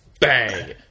bang